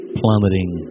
plummeting